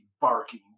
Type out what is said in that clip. barking